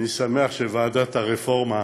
שמח שוועדת הרפורמות